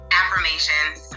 affirmations